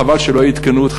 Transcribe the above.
חבל שמהמשטרה לא עדכנו אותך,